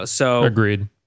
Agreed